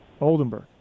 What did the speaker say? Oldenburg